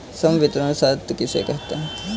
संवितरण शर्त किसे कहते हैं?